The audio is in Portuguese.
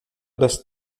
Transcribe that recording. das